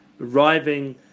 arriving